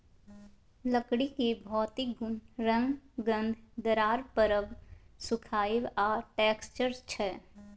लकड़ीक भौतिक गुण रंग, गंध, दरार परब, सुखाएब आ टैक्सचर छै